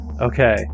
okay